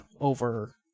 over